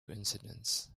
incidents